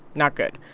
not good.